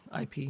IP